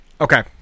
okay